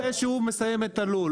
רק אחרי שהוא מסיים את הלול.